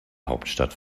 hauptstadt